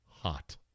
hot